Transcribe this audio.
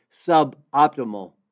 suboptimal